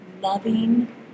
loving